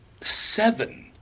seven